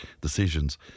decisions